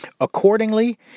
Accordingly